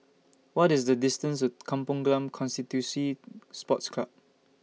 What IS The distance to Kampong Glam Constituency Sports Club